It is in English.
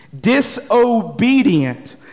disobedient